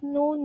no